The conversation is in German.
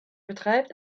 betreibt